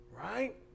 Right